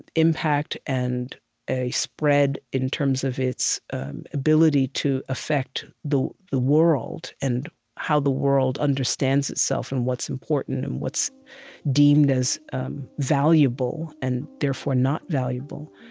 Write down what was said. impact and a spread, in terms of its ability to affect the the world and how the world understands itself and what's important and what's deemed as um valuable and, therefore, not valuable.